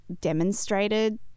demonstrated